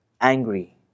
angry